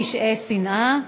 פשעי שנאה),